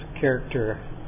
character